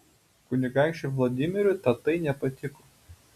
kunigaikščiui vladimirui tatai nepatiko